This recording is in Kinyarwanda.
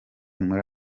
muri